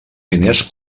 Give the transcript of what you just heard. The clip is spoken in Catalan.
diners